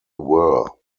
were